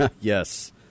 Yes